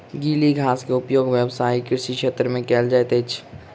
गीली घास के उपयोग व्यावसायिक कृषि क्षेत्र में कयल जाइत अछि